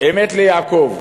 אמת ליעקב.